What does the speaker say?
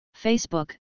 Facebook